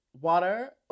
Water